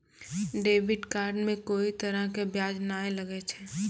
debit card मे कोई तरह के ब्याज नाय लागै छै